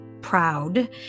proud